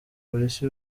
polisi